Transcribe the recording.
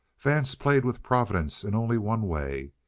vance played with providence in only one way.